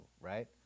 right